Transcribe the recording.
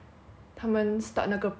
他们 start 那个 promo